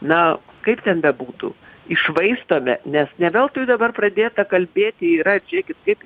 na kaip ten bebūtų iššvaistome nes ne veltui dabar pradėta kalbėti yra žiūrėkit kaip